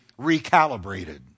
recalibrated